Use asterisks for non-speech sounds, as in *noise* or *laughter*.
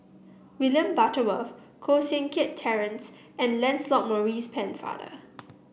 William Butterworth Koh Seng Kiat Terence and Lancelot Maurice *noise* Pennefather